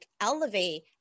elevate